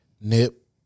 Nip